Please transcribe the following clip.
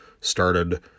started